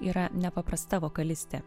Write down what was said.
yra nepaprasta vokalistė